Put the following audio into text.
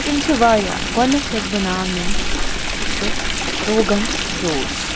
تِم چھِ واریاہ گۄڈٕنیتھ یۄس بہٕ نام نِم سُہ چھُ روغن جوش